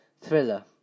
Thriller